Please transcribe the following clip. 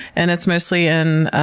and it's mostly in